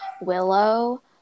Willow